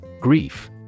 Grief